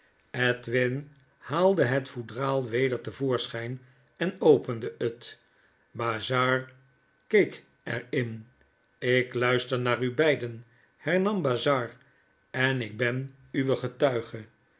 edwin haalde het foudraal weder te voorschyn en opende het bazzard keek er in ik luister naar u beiden hernam bazzard en ik ben uw getuige